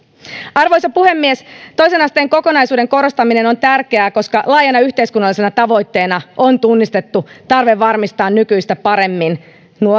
arvoisa puhemies toisen asteen kokonaisuuden korostaminen on tärkeää koska laajana yhteiskunnallisena tavoitteena on tunnistettu tarve varmistaa nykyistä paremmin